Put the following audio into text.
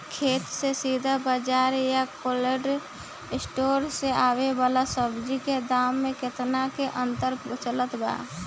खेत से सीधा बाज़ार आ कोल्ड स्टोर से आवे वाला सब्जी के दाम में केतना के अंतर चलत बा?